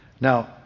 Now